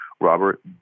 Robert